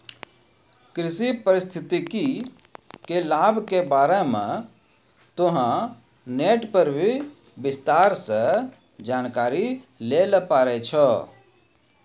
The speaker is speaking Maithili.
कृषि पारिस्थितिकी के लाभ के बारे मॅ तोहं नेट पर भी विस्तार सॅ जानकारी लै ल पारै छौ